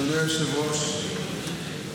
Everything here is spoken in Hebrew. אדוני היושב-ראש,